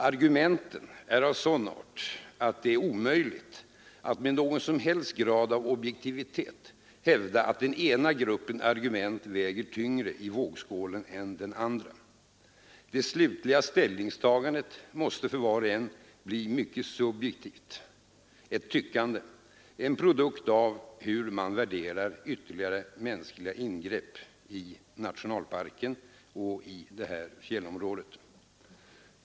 Argumenten är av sådan art att det är omöjligt att med någon som helst grad av objektivitet hävda att den ena gruppens argument väger tyngre i vågskålen än den andra. Det slutliga ställningstagandet måste för var och en bli mycket subjektivt, ett tyckande, en produkt av hur man värderar ytterligare mänskliga ingrepp i denna nationalpark och i detta fjällområde.